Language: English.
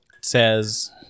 Says